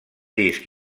disc